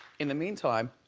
in the meantime,